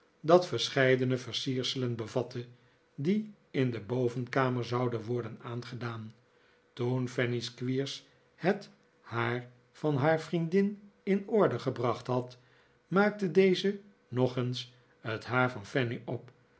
dat verscheidene versierselen bevatte die in de bovenkamer zouden worden aangedaan toen fanny squeers het haar van haar vriendin in orde gebracht had maakte deze nog eens het haar van fanny op